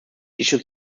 issued